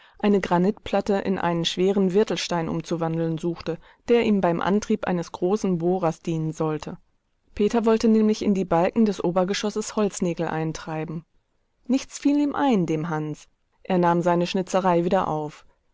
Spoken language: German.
eine granitplatte in einen schweren wirtelstein umzuwandeln suchte der ihm beim antrieb eines großen bohrers dienen sollte peter wollte nämlich in die balken des obergeschosses holznägel eintreiben nichts fiel ihm ein dem hans er nahm seine schnitzerei wieder auf